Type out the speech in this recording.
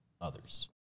others